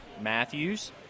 Matthews